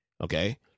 Okay